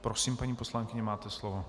Prosím, paní poslankyně, máte slovo.